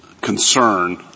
concern